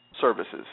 services